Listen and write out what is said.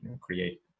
create